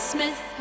Smith